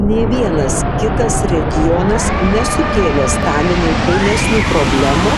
nė vienas kitas regionas nesukėlė stalinui painesnių problemų